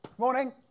Morning